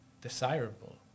desirable